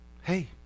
Hey